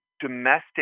domestic